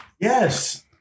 yes